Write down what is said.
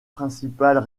principales